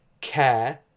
care